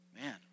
Man